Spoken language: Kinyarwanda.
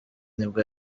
nibwo